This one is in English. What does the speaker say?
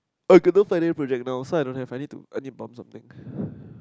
I cannot sign any project now so I don't have I need to I need to pump something